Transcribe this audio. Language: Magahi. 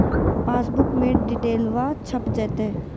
पासबुका में डिटेल्बा छप जयते?